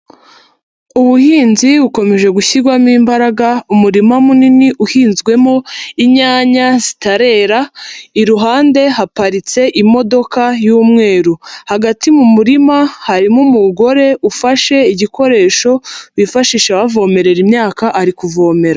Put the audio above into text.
Ubuhinzi bukomeje gushyirwamo imbaraga, umurima munini uhinzwemo inyanya zitarera, iruhande haparitse imodoka y'umweru, hagati mu murima harimo umugore ufashe igikoresho bifashisha bavomerera imyaka ari kuvomera.